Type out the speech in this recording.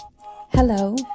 Hello